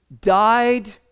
died